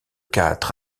quatre